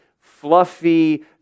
fluffy